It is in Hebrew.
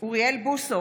אוריאל בוסו,